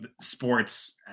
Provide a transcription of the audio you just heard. sports